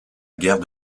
gare